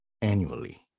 annually